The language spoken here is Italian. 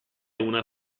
una